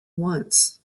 once